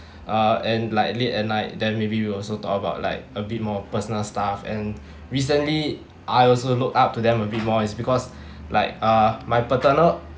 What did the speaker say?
uh and like late at night then maybe we will also talk about like a bit more personal stuff and recently I also look up to them a bit more it's because like uh my paternal